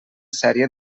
sèrie